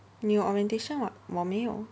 你有 orientation [what] 我没有